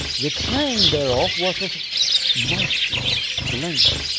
the train thereof was of monstrous length.